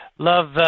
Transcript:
Love